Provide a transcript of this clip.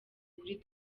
kuri